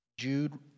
Jude